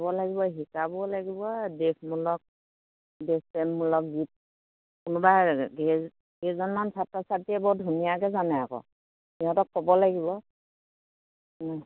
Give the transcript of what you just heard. চাব লাগিব শিকাব লাগিব দেশমূলক দেশপ্ৰেমমূলক গীত কোনোবােই কেইজনমান ছাত্ৰ ছাত্ৰীয়ে বৰ ধুনীয়াকে জানে আকৌ সিহঁতক ক'ব লাগিব